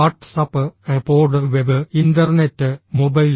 WhatsApp iPod web internet mobile